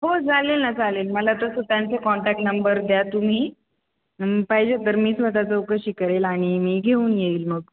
हो चालेल ना चालेल मला तसं त्यांचं कॉन्टॅक्ट नंबर द्या तुम्ही पाहिजे तर मी स्वत चौकशी करेल आणि मी घेऊन येईल मग